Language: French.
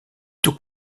tout